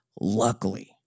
luckily